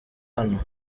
hano